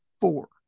four